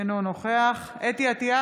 אינו נוכח חוה אתי עטייה,